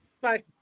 Bye